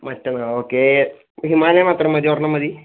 മറ്റന്നാൾ okay Himalayan മാത്രം മതി ഒരെണ്ണം മതി